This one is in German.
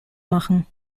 machen